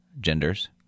genders